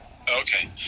Okay